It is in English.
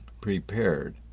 prepared